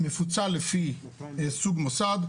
מפוצל לפי סוג מוסד.